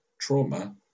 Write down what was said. trauma